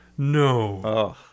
No